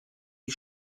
die